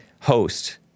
host